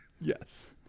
Yes